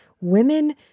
Women